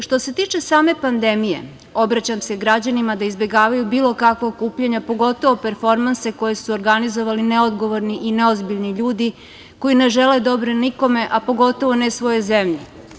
Što se tiče same pandemije, obraćam se građanima da izbegavaju bilo kakva okupljanja, pogotovo performanse koje su organizovali neodgovorni i neozbiljni ljudi koji ne žele dobro nikome, a pogotovo ne svojoj zemlji.